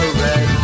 red